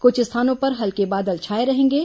कुछ स्थानों पर हल्के बादल छाए रहेंगे